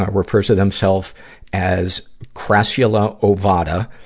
ah refers to themself as crassula ovada